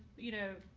you know,